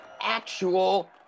actual